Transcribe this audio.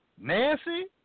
Nancy